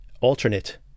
alternate